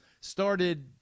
started